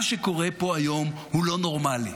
מה שקורה פה היום הוא לא נורמלי.